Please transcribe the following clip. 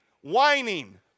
Whining